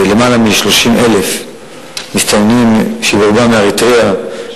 למעלה מ-30,000 מסתננים שרובם מאריתריאה,